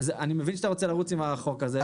אני מבין שאתה רוצה לרוץ עם החוק הזה.